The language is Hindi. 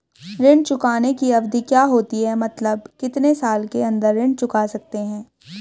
ऋण चुकाने की अवधि क्या होती है मतलब कितने साल के अंदर ऋण चुका सकते हैं?